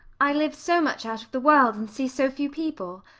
i live so much out of the world, and see so few people.